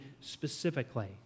specifically